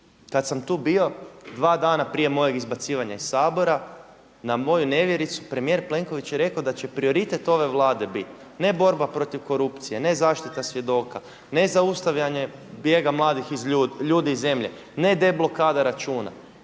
Kada sam tu bio dva dana prije mojeg izbacivanja iz Sabora, na moju nevjericu premijer Plenković je rekao da će prioritet ove Vlade biti ne borba protiv korupcije, ne zašita svjedoka, ne zaustavljanje bijega mladih ljudi iz zemlje, ne deblokada računa,